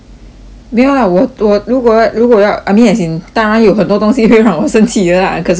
没有 lah 我我如果如果要 I mean as in 当然有很多东西会让我生气的 lah 可是我是说